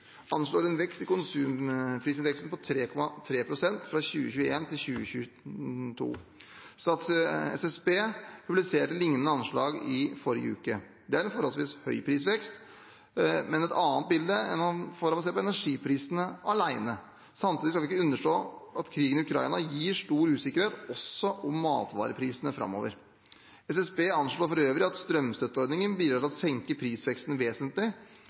anslår en vekst i konsumprisindeksen på 3,3 pst. fra 2021 til 2022. SSB publiserte lignende anslag i forrige uke. Det er en forholdsvis høy prisvekst, men et annet bilde enn man får om man ser på energiprisene alene. Samtidig skal vi ikke underslå at krigen i Ukraina gir stor usikkerhet også om matvareprisene framover. SSB anslår for øvrig at strømstøtteordningen bidrar til å senke prisveksten vesentlig.